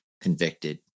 convicted